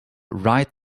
right